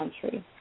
country